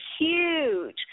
huge